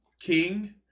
King